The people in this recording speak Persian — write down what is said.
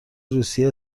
روسیه